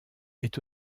est